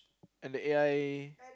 and the A_I